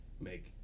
make